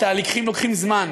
ותהליכים לוקחים זמן.